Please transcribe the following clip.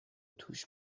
توش